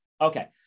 Okay